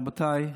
רבותיי,